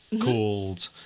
called